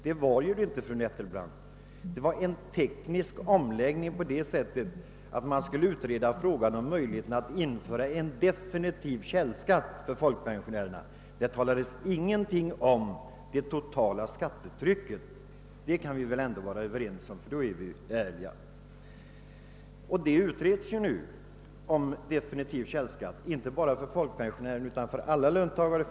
Det var inte, fru Nettelbrandt, fråga om detta, utan det gällde en teknisk omläggning på så sätt att man skulle utreda möjligheterna att införa en definitiv källskatt för folkpensionärerna. Det talades ingenting om det totala skattetrycket — det kan vi väl i ärlighetens namn vara överens om. Frågan om definitiv källskatt utreds för närvarande, inte bara för folkpensionärernas utan även för löntagarnas del.